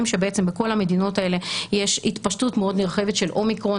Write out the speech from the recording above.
שבעצם בכל המדינות האלה יש התפשטות מאוד נרחבת של אומיקרון.